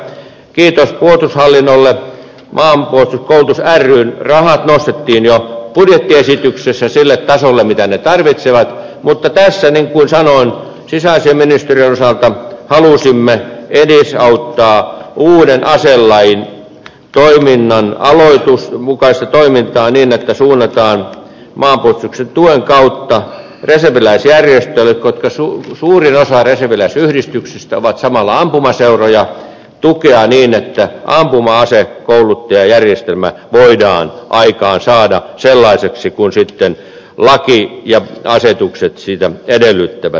maanpuolustusjärjestöissä kiitos puolustushallinnolle maanpuolustuskoulutus ryn rahat nostettiin jo budjettiesityksessä sille tasolle mitä ne tarvitsevat mutta tässä niin kuin sanoin sisäasiainministeriön osalta halusimme edesauttaa uuden aselajin mukaista toimintaa niin että suunnataan maanpuolustuksen tuen kautta reserviläisjärjestöille tukea koska suurin osa reserviläisyhdistyksistä on samalla ampumaseuroja niin että ampuma asekouluttajajärjestelmä voidaan aikaansaada sellaiseksi kuin laki ja asetukset edellyttävät